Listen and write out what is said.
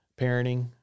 Parenting